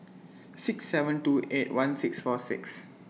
six seven two eight one six four six